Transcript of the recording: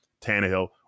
Tannehill